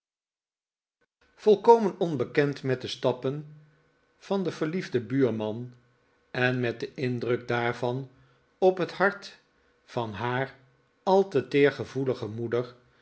volkomen onbekend met de stappen van den verliefden buurman en met den indruk daarvan op het hart van haar al te teergevoelige moeder